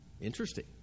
Interesting